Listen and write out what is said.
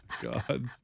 God